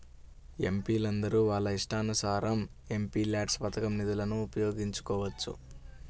ఎంపీలందరూ వాళ్ళ ఇష్టానుసారం ఎంపీల్యాడ్స్ పథకం నిధులను ఉపయోగించుకోవచ్చు